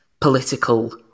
political